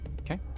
Okay